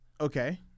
Okay